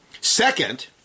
Second